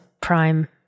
Prime